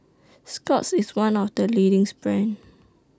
Scott's IS one of The leading brands